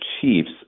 chiefs